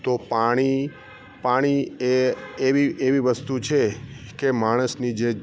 તો પાણી પાણી એ એવી એવી વસ્તુ છે કે માણસની જે